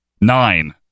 nine